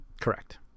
Correct